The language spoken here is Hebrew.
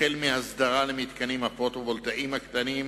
החל בהסדרת המתקנים הפוטו-וולטאיים הקטנים,